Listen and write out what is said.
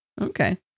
Okay